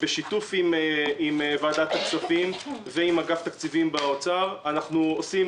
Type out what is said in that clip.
בשיתוף עם ועדת הכספים ועם אגף התקציבים במשרד האוצר אנחנו עושים